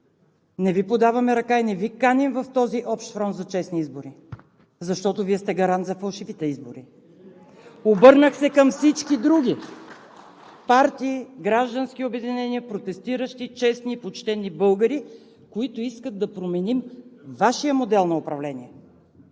Не Ви подаваме ръка и не Ви каним в този общ фронт за честни избори, защото Вие сте гарант за фалшивите избори. (Ръкопляскания от „БСП за България“.) Обърнах се към всички други – партии, граждански обединения, протестиращи честни и почтени българи, които искат да променим Вашия модел на управление.